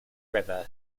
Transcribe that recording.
river